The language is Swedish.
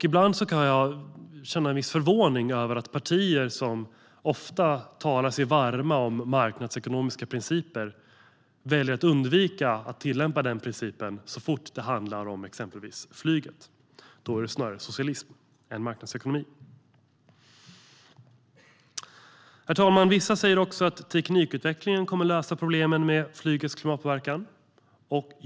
Ibland kan jag känna viss förvåning över att partier som ofta talar sig varma för marknadsekonomiska principer väljer att undvika att tillämpa de principerna så fort det handlar om exempelvis flyget. Då är det snarare socialism än marknadsekonomi som gäller. Herr talman! Vissa säger också att teknikutvecklingen kommer att lösa problemen med flygets klimatpåverkan.